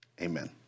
amen